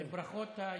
ברכות.